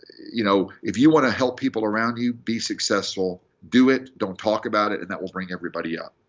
you know if you want to help people around you be successful, do it. don't talk about it. and that will bring everybody up.